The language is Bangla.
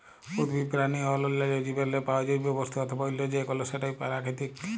উদ্ভিদ, পেরানি অ অল্যাল্য জীবেরলে পাউয়া জৈব বস্তু অথবা অল্য যে কল সেটই পেরাকিতিক